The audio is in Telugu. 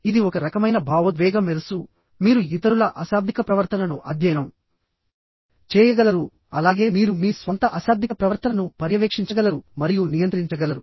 ఇది ఒక రకమైన భావోద్వేగ మేధస్సు మీరు ఇతరుల అశాబ్దిక ప్రవర్తనను అధ్యయనం చేయగలరు అలాగే మీరు మీ స్వంత అశాబ్దిక ప్రవర్తనను పర్యవేక్షించగలరు మరియు నియంత్రించగలరు